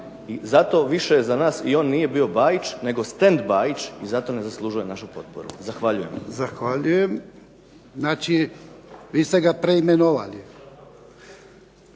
zato više za nas i on nije bio Bajić nego stand Bajić i zato ne zaslužuje našu potporu. Zahvaljujem. **Jarnjak, Ivan (HDZ)** Zahvaljujem. Znači, vi ste ga preimenovali.